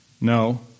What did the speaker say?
No